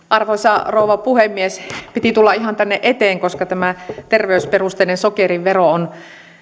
arvoisa rouva puhemies piti tulla ihan tänne eteen koska tämä terveysperusteinen sokerivero on